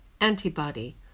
antibody